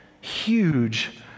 huge